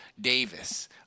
Davis